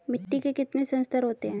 मिट्टी के कितने संस्तर होते हैं?